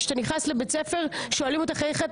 כשאתה כננס לבית ספר שואלים אותך איך את